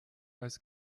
als